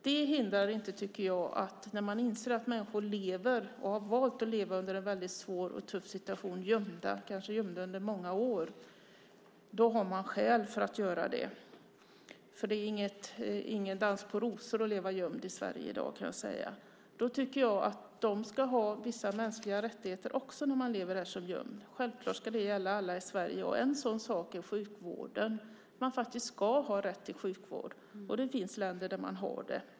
Det hindrar inte att man inser att de människor som lever och har valt att leva i en väldigt svår och tuff situation, kanske gömda under många år, har skäl för att göra det. Det är ingen dans på rosor att leva gömd i Sverige i dag. De som lever här som gömda ska också ha vissa mänskliga rättigheter. Det ska självklart gälla alla i Sverige. En sådan sak är sjukvården. De ska ha rätt till sjukvård. Det finns länder där man har det.